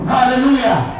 Hallelujah